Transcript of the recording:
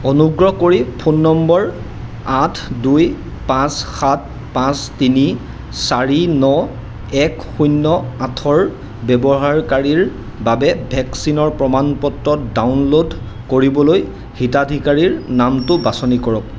অনুগ্ৰহ কৰি phone number আঠ দুই পাঁচ সাত পাঁচ তিনি চাৰি ন এক শূন্য় আঠৰ ব্যৱহাৰকাৰীৰ বাবে ভেকচিনৰ প্ৰমাণ পত্ৰ ডাউনলোড কৰিবলৈ হিতাধিকাৰীৰ নামটো বাছনি কৰক